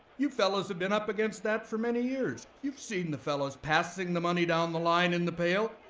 you fellas have been up against that for many years. you've seen the fellas passing the money down the line in the pail.